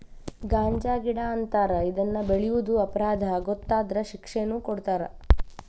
ಗಾಂಜಾಗಿಡಾ ಅಂತಾರ ಇದನ್ನ ಬೆಳಿಯುದು ಅಪರಾಧಾ ಗೊತ್ತಾದ್ರ ಶಿಕ್ಷೆನು ಕೊಡತಾರ